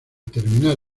terminar